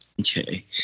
Okay